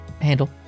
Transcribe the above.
handle